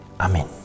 Amen